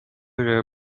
your